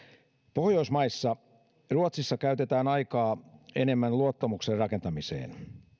pohjoismaista ruotsissa käytetään aikaa enemmän luottamuksen rakentamiseen